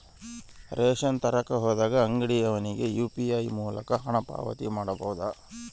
Ration ತರಕ ಹೋದಾಗ ಅಂಗಡಿಯವನಿಗೆ ಯು.ಪಿ.ಐ ಮೂಲಕ ಹಣ ಪಾವತಿ ಮಾಡಬಹುದಾ?